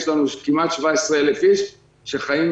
יש לנו כמעט 17,000 אנשים שחיים